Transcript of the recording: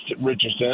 Richardson